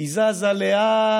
היא זזה לאט-לאט,